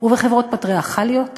ובחברות פטריארכליות נשים,